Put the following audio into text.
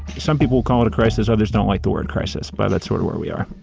some people call it a crisis, others don't like the word crisis but that's sort of where we are.